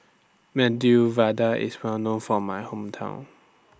Medu Vada IS Well known For My Hometown